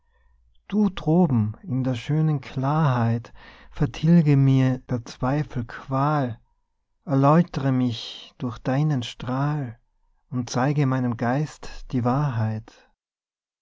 du droben in der schönen klarheit vertilge mir der zweifel qual erläutre mich durch deinen strahl und zeige meinem geist die wahrheit